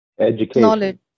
Education